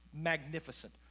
magnificent